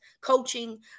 coaching